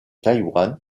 taïwan